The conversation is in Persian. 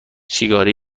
سیگاری